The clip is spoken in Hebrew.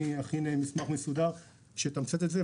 אני אכין מסמך מסודר שיתמצת את זה.